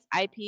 IP